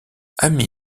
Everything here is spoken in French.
ami